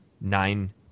nine